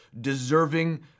deserving